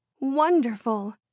wonderful